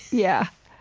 yeah.